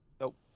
Nope